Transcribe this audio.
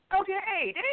okay